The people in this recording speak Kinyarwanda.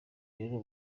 rero